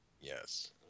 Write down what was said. Yes